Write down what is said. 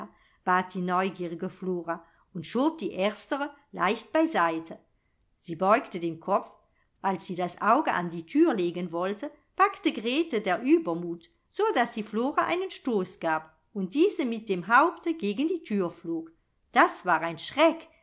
bat die neugierige flora und schob die erstere leicht beiseite sie beugte den kopf als sie das auge an die thür legen wollte packte grete der uebermut so daß sie flora einen stoß gab und diese mit dem haupte gegen die thür flog das war ein schreck